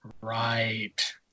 Right